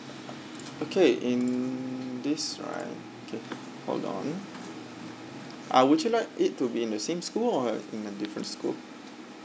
okay in this right okay hold on uh would you like it to be in the same school or in a different school